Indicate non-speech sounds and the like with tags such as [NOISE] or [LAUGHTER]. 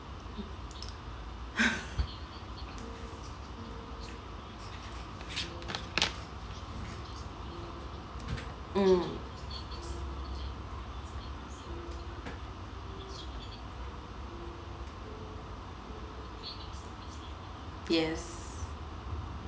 [LAUGHS] mm yes